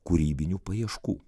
kūrybinių paieškų